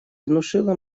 внушило